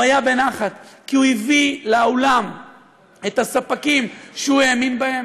הוא היה בנחת כי הוא הביא לאולם את הספקים שהוא האמין בהם,